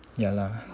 ya lah